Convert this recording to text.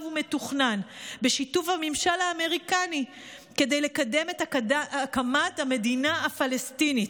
ומתוכנן בשיתוף הממשל האמריקני כדי לקדם את הקמת המדינה הפלסטינית,